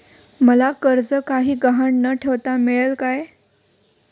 मला कर्ज काही गहाण न ठेवता मिळेल काय?